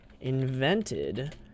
invented